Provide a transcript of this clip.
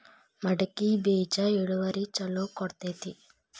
ಮಡಕಿ ಬೇಜ ಇಳುವರಿ ಛಲೋ ಕೊಡ್ತೆತಿ?